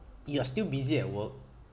you are still busy at work